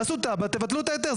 תעשו תב"ע תבטלו את ההיתר.